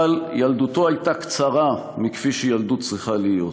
אבל ילדותו הייתה קצרה מכפי שילדות צריכה להיות.